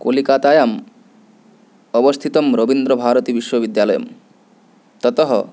कोलिकातायाम् अवस्थितं रवीन्द्रभारतिविश्वविद्यालयं ततः